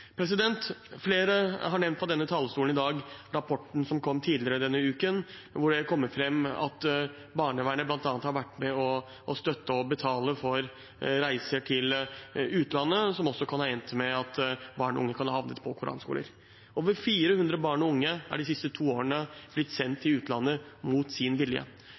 Flere har fra denne talerstolen i dag nevnt rapporten som kom tidligere denne uken, hvor det kommer fram at barnevernet bl.a. har vært med og støttet og betalt for reiser til utlandet, som kan ha endt med at barn og unge har havnet på koranskoler. Over 400 barn og unge er de siste to årene blitt sendt til utlandet mot sin vilje.